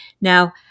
Now